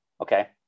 okay